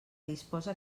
disposa